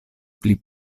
pli